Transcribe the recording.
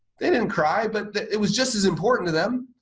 they didn't cry, but it was just as important to them.